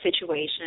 situation